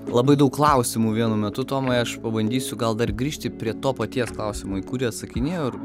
labai daug klausimų vienu metu tomai aš pabandysiu gal dar grįžti prie to paties klausimo į kurį atsakinėjau ir